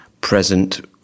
present